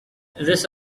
this